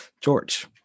George